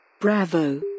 Bravo